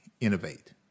innovate